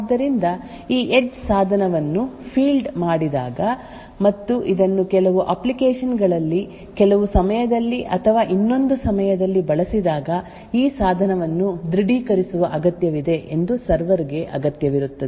ಆದ್ದರಿಂದ ಈ ಎಡ್ಜ್ ಸಾಧನವನ್ನು ಫೀಲ್ಡ್ ಮಾಡಿದಾಗ ಮತ್ತು ಇದನ್ನು ಕೆಲವು ಅಪ್ಲಿಕೇಶನ್ ಗಳಲ್ಲಿ ಕೆಲವು ಸಮಯದಲ್ಲಿ ಅಥವಾ ಇನ್ನೊಂದು ಸಮಯದಲ್ಲಿ ಬಳಸಿದಾಗ ಈ ಸಾಧನವನ್ನು ದೃಢೀಕರಿಸುವ ಅಗತ್ಯವಿದೆ ಎಂದು ಸರ್ವರ್ ಗೆ ಅಗತ್ಯವಿರುತ್ತದೆ